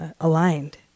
aligned